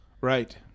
Right